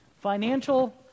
financial